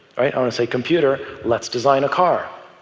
i want to say, computer, let's design a car,